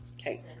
Okay